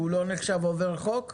הוא לא נחשב עובר על החוק?